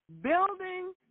building